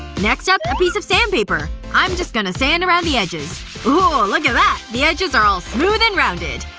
next up, a piece of sandpaper i'm just going to sand around the edges ooh! look at that! the edges are all smooth and rounded!